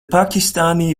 pakistani